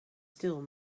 still